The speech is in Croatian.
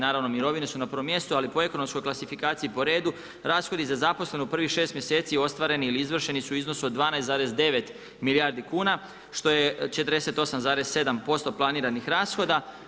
Naravno mirovine su na prvom mjestu, ali po ekonomskoj klasifikaciji po redu rashodi za zaposlene u prvih šest mjeseci ostvareni ili izvršeni su u iznosu od 12,9 milijardi kuna što je 48,7% planiranih rashoda.